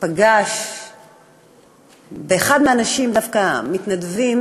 פגש אחד האנשים, דווקא מתנדב,